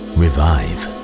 revive